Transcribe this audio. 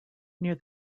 near